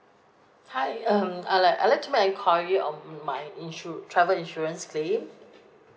hi I'll like I'd like to make enquiry on my insu~ travel insurance claim